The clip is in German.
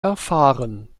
erfahren